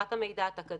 העברת המידע עד הקצה.